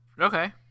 Okay